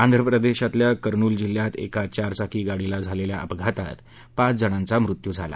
आंध्र प्रदेशातल्या कर्नुल जिल्ह्यात एका चारचाकी गाडीला झालेल्या अपघातात पाच जणांचा मृत्यू झाला